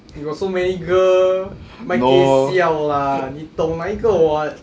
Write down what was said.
eh got so many girl mai gei siao lah 你懂哪一个 [what]